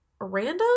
random